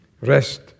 Rest